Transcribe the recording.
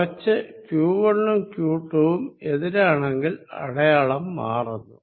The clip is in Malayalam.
മറിച്ച് q1 ഉം q2 വും എതിരാണെങ്കിൽ അടയാളം മാറുന്നു